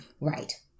Right